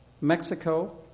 Mexico